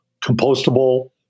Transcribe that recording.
compostable